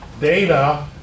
data